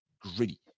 gritty